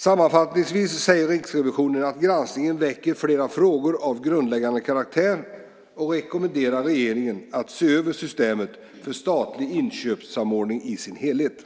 Sammanfattningsvis säger Riksrevisionen att granskningen väcker flera frågor av grundläggande karaktär och rekommenderar regeringen att se över systemet för statlig inköpssamordning i sin helhet.